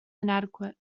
inadequate